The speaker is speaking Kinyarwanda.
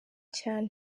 cyane